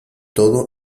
todo